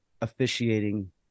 officiating